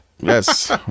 Yes